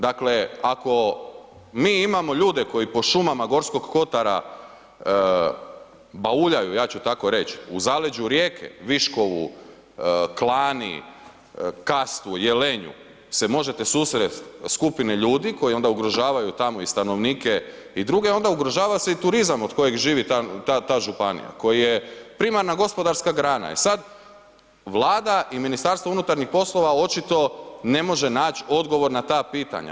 Dakle ako mi imamo ljude koji po šumama Gorskog Kotara bauljaju, ja ću tako reći, u zaleđu Rijeke, Viškovu, Klani, Kastvu, Jelenju se možete susresti skupne ljudi koji onda ugrožavaju tamo i stanovnike i druge onda ugrožava se i turizam od kojeg živi ta županija koja je primarna gospodarska grana jer sad Vlada i Ministarstvo unutarnjih poslova očito ne može naći odgovor na ta pitanja.